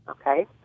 Okay